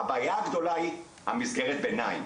הבעיה הגדולה היא המסגרת ביניים,